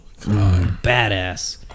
Badass